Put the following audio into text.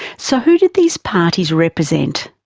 so who did these parties represent?